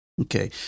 Okay